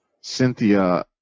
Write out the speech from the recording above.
Cynthia